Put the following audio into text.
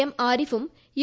M ആരിഫും U